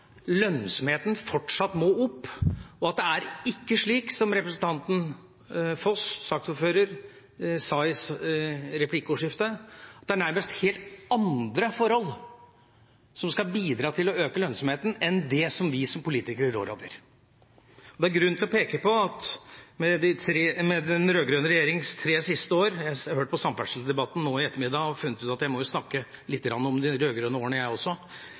lønnsomheten fortsatt må opp, og at det ikke er slik som saksordføreren, representanten Foss, sa i replikkordskiftet: at det nærmest er helt andre forhold som skal bidra til å øke lønnsomheten enn det vi som politikere rår over. Det er grunn til å peke på at i den rød-grønne regjeringens tre siste år – jeg har hørt på samferdselsdebatten nå i ettermiddag og funnet ut at jeg må jo snakke litt om de rød-grønne årene, jeg også,